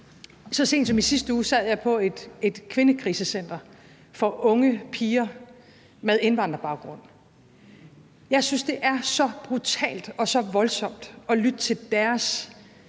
Så sent som i sidste uge sad jeg på et kvindekrisecenter for unge piger med indvandrerbaggrund, og jeg synes, det er så brutalt og så voldsomt at lytte til deres